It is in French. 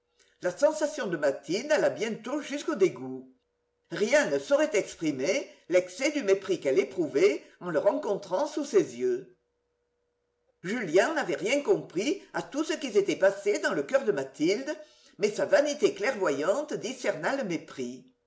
la sensation de mathilde alla bientôt jusqu'au dégoût rien ne saurait exprimer l'excès du mépris qu'elle éprouvait en le rencontrant sous ses yeux julien n'avait rien compris à tout ce qui s'était passé dans le coeur de mathilde mais sa vanité clairvoyante discerna le mépris